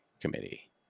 committee